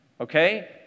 Okay